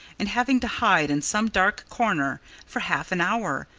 and having to hide in some dark corner for half an hour,